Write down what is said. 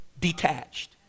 detached